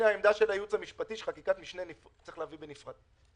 עמדת הייעוץ המשפטי היא שחקיקת משנה צריך להביא בנפרד.